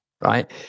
right